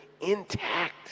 intact